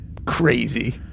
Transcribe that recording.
Crazy